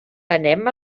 anem